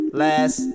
last